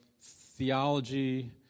theology